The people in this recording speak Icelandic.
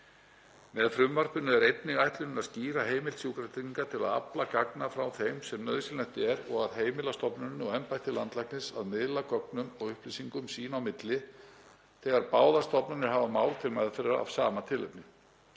Með frumvarpinu er einnig ætlunin að skýra heimild Sjúkratrygginga til að afla gagna frá þeim sem nauðsynlegt er og að heimila stofnuninni og embætti landlæknis að miðla gögnum og upplýsingum sín á milli þegar báðar stofnanir hafa mál til meðferðar af sama tilefni.